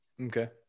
Okay